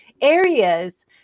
areas